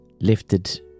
lifted